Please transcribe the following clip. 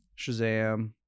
Shazam